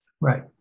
Right